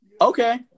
Okay